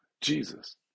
Jesus